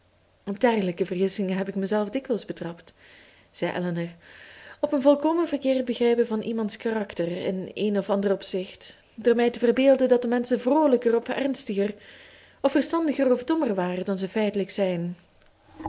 op dergelijke vergissingen heb ik mijzelve dikwijls betrapt zei elinor op een volkomen verkeerd begrijpen van iemands karakter in een of ander opzicht door mij te verbeelden dat de menschen vroolijker of ernstiger of verstandiger of dommer waren dan ze feitelijk zijn